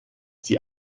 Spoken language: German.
die